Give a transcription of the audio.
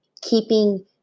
keeping